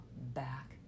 back